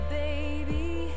baby